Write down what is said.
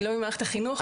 אני לא ממערכת החינוך.